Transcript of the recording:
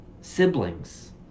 siblings